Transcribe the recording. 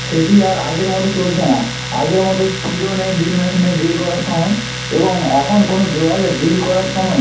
সেটি আর আগের মতো চলছে না আগের মতো স্পিডও নেই ড্রিল মেশিনে ড্রিল করার সময় এবং এখন কোনও দেওয়ালে ড্রিল করার সময়